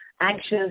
anxious